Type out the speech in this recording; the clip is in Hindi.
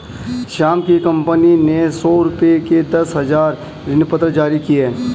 श्याम की कंपनी ने सौ रुपये के दस हजार ऋणपत्र जारी किए